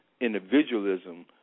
individualism